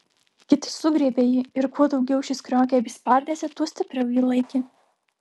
kiti sugriebė jį ir kuo daugiau šis kriokė bei spardėsi tuo stipriau jį laikė